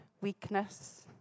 weakness